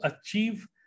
achieve